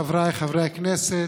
חבריי חברי הכנסת,